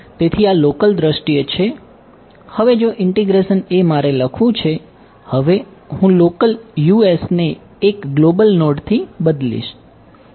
તેથી આ લોકલ નોડથી બદલીશ